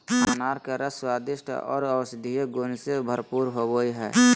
अनार के रस स्वादिष्ट आर औषधीय गुण से भरपूर होवई हई